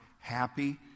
Happy